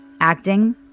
Acting